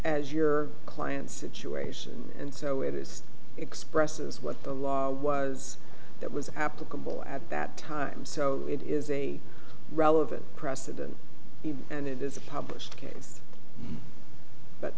as your client situation and so it is expresses what the law was that was applicable at that time so it is a relevant precedent and it is a published case